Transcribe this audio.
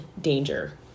danger